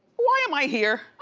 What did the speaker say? why am i here?